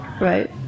right